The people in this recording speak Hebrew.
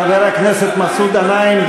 חבר הכנסת מסעוד גנאים,